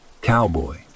Cowboy